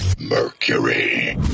Mercury